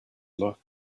life